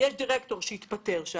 יש דירקטור שהתפטר.